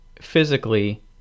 physically